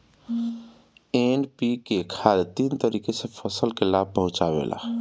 NPK खाद तीन तरीके से फसल के लाभ पहुंचावेला